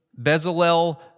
Bezalel